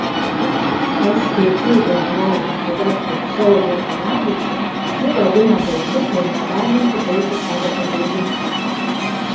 stt generalinį direktorių saulių urbanavičių ji vadina bailiu ir negalinčiu eiti savo pareigų